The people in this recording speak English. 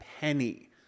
penny